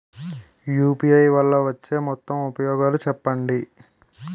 UPI వల్ల వచ్చే మొత్తం ఉపయోగాలు చెప్పండి?